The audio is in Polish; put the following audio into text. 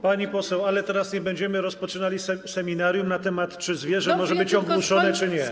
Pani poseł, ale teraz nie będziemy rozpoczynali seminarium na temat, czy zwierzę może być ogłuszone, czy nie.